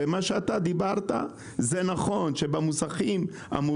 זה שצריך לשלוח סוכן,